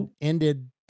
ended